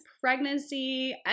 pregnancy